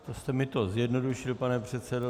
To jste mi to zjednodušil, pane předsedo.